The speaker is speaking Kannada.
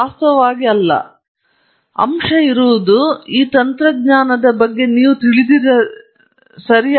ಆದರೆ ವಾಸ್ತವವಾಗಿ ಅವರು ಅಲ್ಲ ಪಾಯಿಂಟ್ ನೀವು ಅದರ ಬಗ್ಗೆ ತಿಳಿಸಿದ ತನಕ ಈ ತಂತ್ರಜ್ಞಾನದ ಬಗ್ಗೆ ತಿಳಿದಿರಲಿಲ್ಲ ಹೊಂದಿದೆ